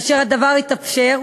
כאשר הדבר יתאפשר,